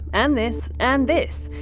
and this. and this.